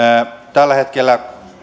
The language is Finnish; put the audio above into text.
tällä hetkellä